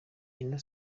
ino